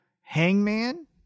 Hangman